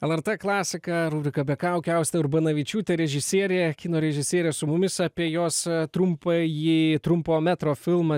lrt klasika rubrika rubrika be kaukių austė urbonavičiūtė režisierė kino režisierė su mumis apie jos trumpąjį trumpo metro filmą